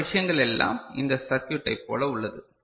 மற்ற விஷயங்கள் எல்லாம் இந்த சர்க்யூட் டை போல உள்ளது